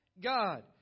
God